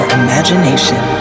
imagination